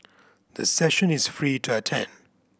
the session is free to attend